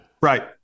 Right